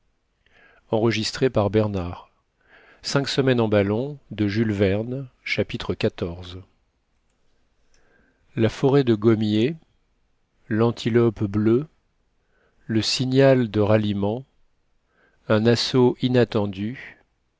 chapitre xiv la forêt de gommiers l'antilope bleue le signa de ralliement un assaut inattendu